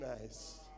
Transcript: nice